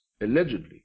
allegedly